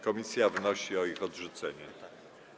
Komisja wnosi o ich odrzucenie.